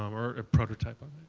um or a prototype, i